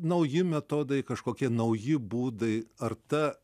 nauji metodai kažkokie nauji būdai ar ta